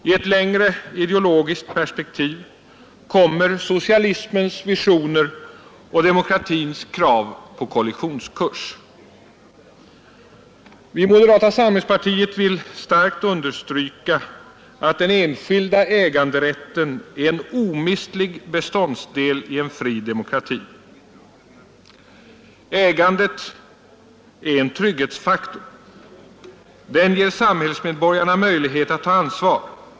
I ett längre ideologiskt perspektiv kommer socialismens visioner och demokratins krav på kollisionskurs. Vi i moderata samlingspartiet vill starkt understryka att den enskilda äganderätten är en omistlig beståndsdel i en fri demokrati. Denna ger samhällsmedborgarna möjlighet att ta ansvar.